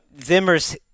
Zimmer's